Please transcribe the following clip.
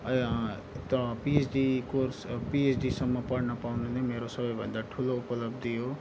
PhD course पिएचडीसम्म पढ्न पाउनु नै मेरो सबैभन्दा ठुलो उपलब्धि हो